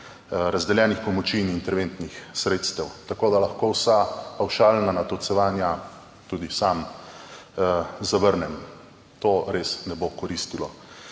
razdeljenih pomoči in interventnih sredstev, tako da lahko vsa pavšalna natolcevanja, tudi sam zavrnem. To res ne bo koristilo